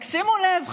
רק שימו לב,